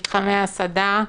מתחמי הסעדה,